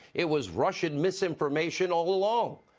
it was russian misinformation all along.